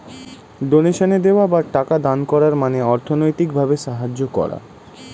ডোনেশনে দেওয়া বা টাকা দান করার মানে অর্থনৈতিক ভাবে সাহায্য করা